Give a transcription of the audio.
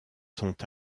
sont